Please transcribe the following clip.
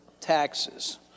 taxes